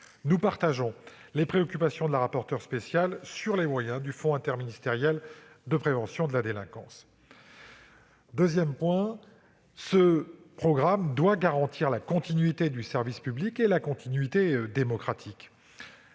Nous partageons les préoccupations de Mme la rapporteure spéciale sur les moyens du fonds interministériel de prévention de la délinquance (FIPD). Ce programme doit garantir la continuité du service public et de la démocratie.